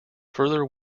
further